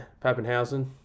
Pappenhausen